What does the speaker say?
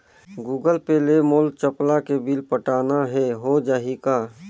Google Pay ले मोल चपला के बिल पटाना हे, हो जाही का?